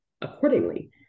accordingly